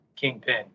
Kingpin